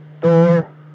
Door